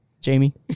Jamie